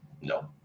no